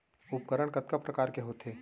उपकरण कतका प्रकार के होथे?